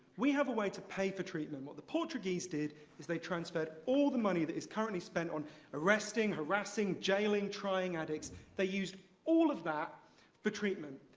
we have a way to pay for treatment. what the portuguese did is they transferred all the money that is currently spent on arresting, harassing, jailing, trying addicts they used all of that for treatment.